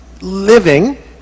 living